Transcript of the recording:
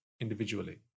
individually